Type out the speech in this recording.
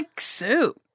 soup